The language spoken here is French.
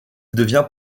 devient